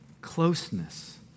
closeness